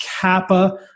kappa